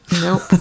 Nope